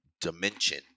dimension